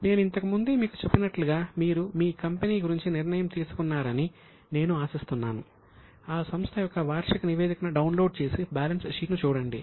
నేను ఇంతకు ముందే మీకు చెప్పినట్లుగా మీరు మీ కంపెనీ గురించి నిర్ణయించుకున్నారని నేను ఆశిస్తున్నాను ఆ సంస్థ యొక్క వార్షిక నివేదికను డౌన్లోడ్ చేసి బ్యాలెన్స్ షీట్ ను చూడండి